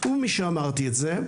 ומשאמרתי את זה,